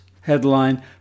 Headline